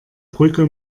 brücke